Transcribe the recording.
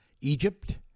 Egypt